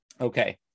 Okay